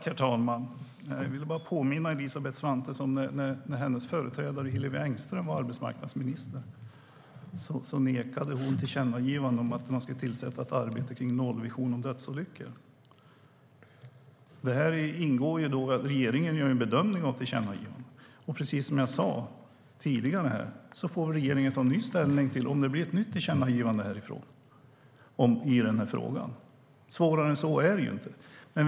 Herr talman! Jag vill bara påminna Elisabeth Svantesson om att när hennes företrädare Hillevi Engström var arbetsmarknadsminister nekade hon ett tillkännagivande om att tillsätta ett arbete kring nollvisionen för dödsolyckor. Regeringen gör en bedömning av tillkännagivanden, och precis som jag sa tidigare får väl regeringen ta ny ställning i frågan om det blir ett nytt tillkännagivande härifrån. Svårare än så är det inte.